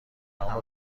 اونو